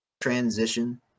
transition